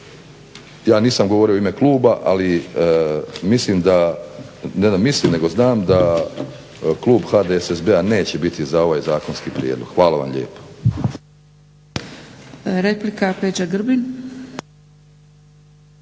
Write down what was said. ja nisam govorio u ime kluba ali mislim da ne da mislim nego znam da klub HDSSB-a neće biti za ovaj zakonski prijedlog. Hvala vam lijepo.